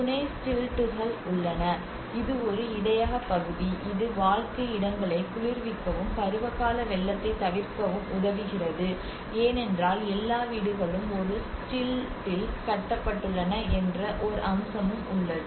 துணை ஸ்டில்ட்டுகள் உள்ளன இது ஒரு இடையக பகுதி இது வாழ்க்கை இடங்களை குளிர்விக்கவும் பருவகால வெள்ளத்தைத் தவிர்க்கவும் உதவுகிறது ஏனென்றால் எல்லா வீடுகளும் ஒரு ஸ்டில்ட்டில் கட்டப்பட்டுள்ளன என்ற ஓர் அம்சமும் உள்ளது